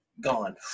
gone